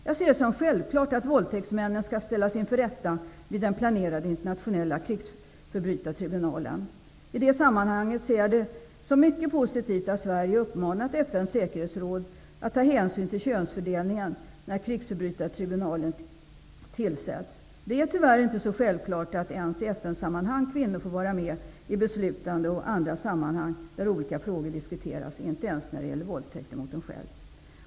Jag ser det som självklart att våldtäktsmännen skall ställas inför rätta vid den planerade internationella krigsförbrytartribunalen. I det sammanhanget ser jag det som mycket positivt att Sverige uppmanat FN:s säkerhetsråd att ta hänsyn till könsfördelningen när krigsförbrytartribunalen tillsätts. Det tyvärr inte så självklart ens i FN sammanhang att kvinnor får vara med i beslutande och andra sammanhang där olika frågor diskuteras, inte ens när det gäller våldtäkter mot dem själva.